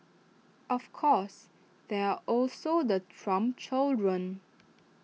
of course there also the Trump children